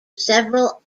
several